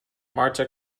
marta